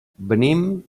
venim